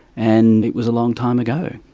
and it was a long time ago.